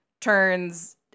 turns